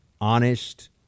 honest